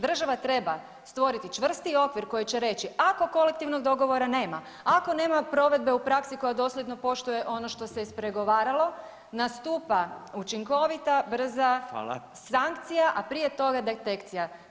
Država treba stvoriti čvrsti okvir koji će reći ako kolektivnog dogovora nema, ako nema provedbe u praksi koja dosljedno poštuje ono što se ispregovaralo nastupa učinkovita, brza [[Upadica: Hvala.]] sankcija, a prije toga detekcija.